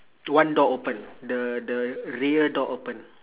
one door open the the rear door open